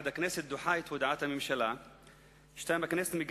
1. הכנסת דוחה את הודעת הממשלה.